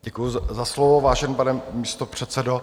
Děkuji za slovo, vážený pane místopředsedo.